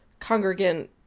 congregant